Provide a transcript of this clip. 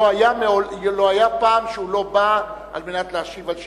לא היתה פעם שהוא לא בא על מנת להשיב על שאילתות,